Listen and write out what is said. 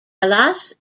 alas